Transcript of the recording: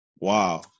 wow